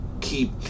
keep